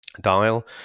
dial